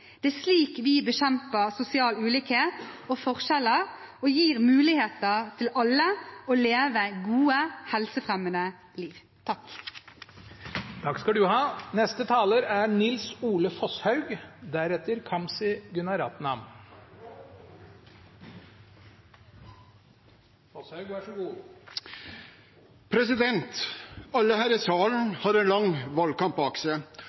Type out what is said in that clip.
Det er slik vi bekjemper sosial ulikhet og forskjeller og gir alle mulighet til å leve et godt, helsefremmende liv. Alle her i salen